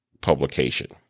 publication